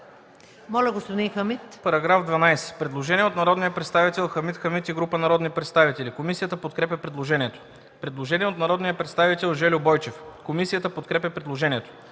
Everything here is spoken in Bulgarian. Ви, господин Хамид.